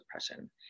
depression